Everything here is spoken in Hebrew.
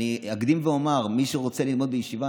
אני אקדים ואומר שמי שרוצה ללמוד בישיבה,